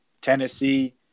Tennessee